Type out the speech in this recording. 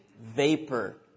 vapor